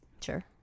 Sure